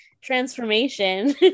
transformation